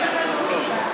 90 ומשהו בתקנון.